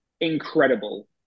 incredible